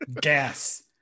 gas